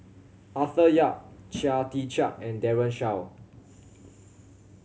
Arthur Yap Chia Tee Chiak and Daren Shiau